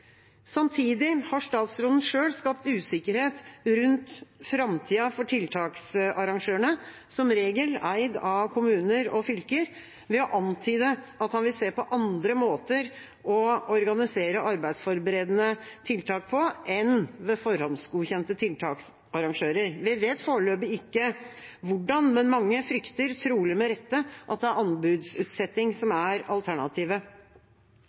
Samtidig har statsråden selv skapt usikkerhet rundt framtida for tiltaksarrangørene, som regel eid av kommuner og fylker, ved å antyde at han vil se på andre måter å organisere arbeidsforberedende tiltak på enn ved forhåndsgodkjente tiltaksarrangører. Vi vet foreløpig ikke hvordan, men mange frykter, trolig med rette, at det er anbudsutsetting